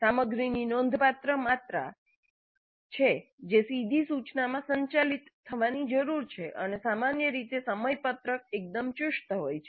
સામગ્રીની નોંધપાત્ર માત્રા છે જે સીધી સૂચનામાં સંચાલિત થવાની જરૂર છે અને સામાન્ય રીતે સમયપત્રક એકદમ ચુસ્ત હોય છે